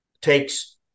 takes